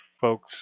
Folks